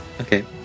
Okay